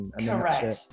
Correct